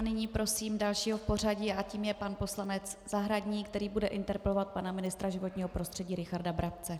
Nyní prosím dalšího v pořadí a tím je pan poslanec Zahradník, který bude interpelovat pana ministra životního prostředí Richarda Brabce.